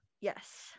Yes